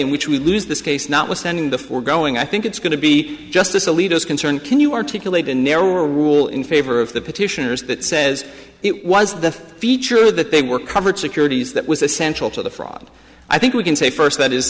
in which we lose this case notwithstanding the forgoing i think it's going to be justice alito is concerned can you articulate a narrower rule in favor of the petitioners that says it was the feature that they were covered securities that was essential to the fraud i think we can say first that i